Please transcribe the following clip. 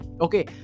Okay